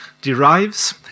derives